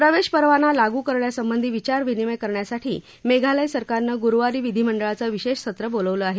प्रवेशपरवाना लागू करण्यासंबधी विचारविनिमय करण्यासाठी मेघालय सरकारनं गुरूवारी विधीमंडळाचं विशेष सत्र बोलावलं आहे